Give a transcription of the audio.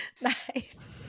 Nice